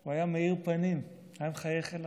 הוא היה מאיר פנים, הוא היה מחייך אליו,